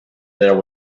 there